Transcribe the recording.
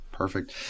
Perfect